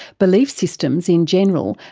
belief systems in general,